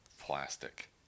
Plastic